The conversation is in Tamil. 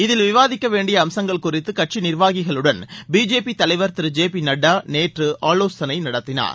இதில் விவாதிக்க வேணடிய அம்சங்கள் குறித்து கட்சி நிர்வாகிகளுடன் பி ஜே பி தலைவர் திரு ஜே பி நட்டா நேற்று ஆலோசனை நடத்தினார்